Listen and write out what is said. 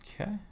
Okay